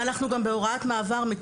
בהוראת המעבר,